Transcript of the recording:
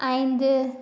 ஐந்து